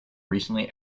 recently